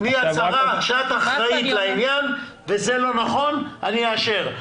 תני הצהרה עכשיו לעניין וזה לא נכון ואני אאשר.